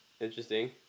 interesting